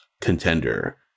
contender